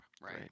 Right